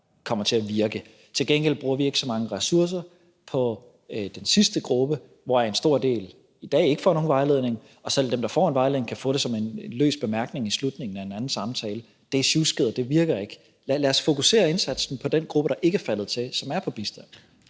kommer til at virke. Til gengæld bruger vi ikke så mange ressourcer på den sidste gruppe, hvoraf en stor del i dag ikke får nogen vejledning, og hvor f.eks. dem, der får en vejledning, kan få det som en løs bemærkning i slutningen af en anden samtale. Det er sjusket, og det virker ikke. Lad os fokusere indsatsen på den gruppe, der ikke er faldet til, og som er på bistand.